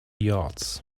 yards